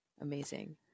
amazing